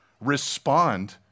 respond